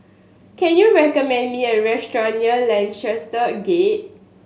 can you recommend me a restaurant near Lancaster Gate